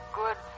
good